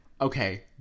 Okay